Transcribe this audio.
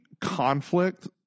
conflict